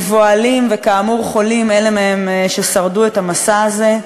מבוהלים וכאמור חולים, אלה מהם ששרדו את המסע הזה,